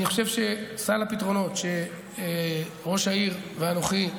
אני חושב שסל הפתרונות שראש העיר ואנוכי,